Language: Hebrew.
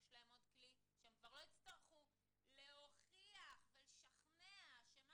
יש להם עוד כלי שהם כבר לא יצטרכו להוכיח ולשכנע שמה